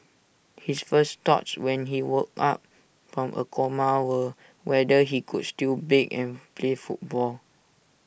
his first thoughts when he woke up from A coma were whether he could still bake and play football